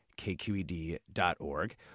kqed.org